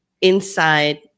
inside